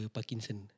Parkinson